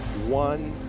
one,